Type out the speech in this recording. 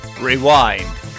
rewind